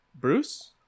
Bruce